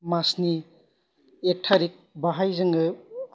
मासनि एक तारिख बेहाय जोङो